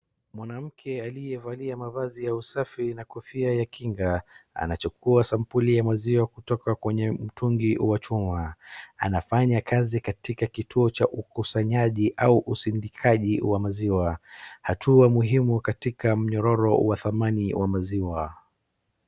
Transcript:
Mwanamke aliyevalia mavazi ya usafi na kofia ya kinga anachukua sampuli ya maziwa kutoka kwenye mtungi wa chuma. Anafanya kazi katika kituo cha ukusanyaji au usindikaji wa maziwa, hatua muhimu katika mnyororo wa dhamani wa maziwa.